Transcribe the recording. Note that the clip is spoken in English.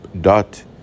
Dot